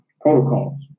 protocols